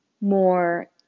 more